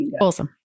Awesome